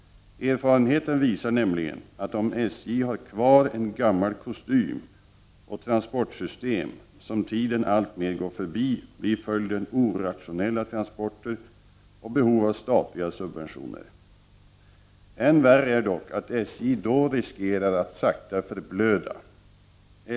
Erfarenheten visar nämligen att om SJ har kvar en ”gammal kostym” och transportsystem som tiden alltmer går förbi blir följden orationella transporter och behov av statliga subventioner. Än värre är dock att SJ då riskerar att sakta ”förblöda”.